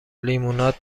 لیموناد